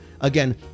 Again